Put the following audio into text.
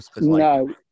No